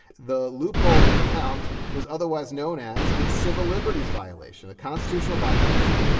the loophole he found was otherwise known as a civil liberties violation, a constitutional violation.